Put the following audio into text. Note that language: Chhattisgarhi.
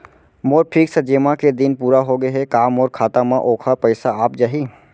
मोर फिक्स जेमा के दिन पूरा होगे हे का मोर खाता म वोखर पइसा आप जाही?